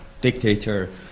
dictator